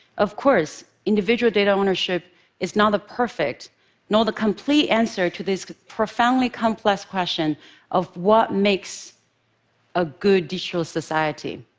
of course, individual data ownership is not the perfect nor the complete answer to this profoundly complex question of what makes a good digital society.